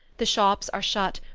the shops are shut,